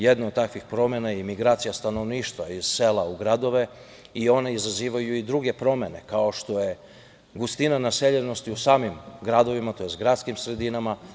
Jedna od takvih promena je migracija stanovništva iz sela u gradove i one izazivaju i druge promene, kao što je gustina naseljenosti u samim gradovima, tj. gradskim sredinama.